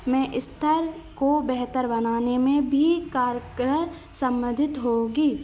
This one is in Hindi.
में स्तर को बेहतर बनाने में भी कार्यक्रम सम्बन्धित होगी